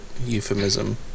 euphemism